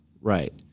Right